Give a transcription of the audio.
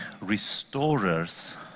restorers